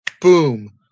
boom